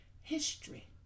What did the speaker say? history